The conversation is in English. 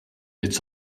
its